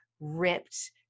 ripped